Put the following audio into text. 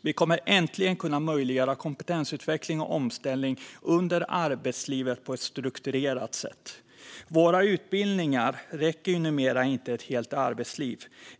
Vi kommer äntligen att kunna möjliggöra kompetensutveckling och omställning under arbetslivet på ett strukturerat sätt. Våra utbildningar räcker ju numera inte ett helt arbetsliv.